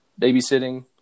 babysitting